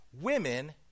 women